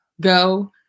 go